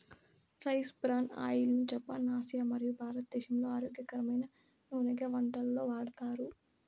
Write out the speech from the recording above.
rice bran oil ను Japan, Asia మరియు భారతదేశంలో ఆరోగ్యకరమైన నూనెగా వంటలలో వాడతారు